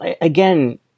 again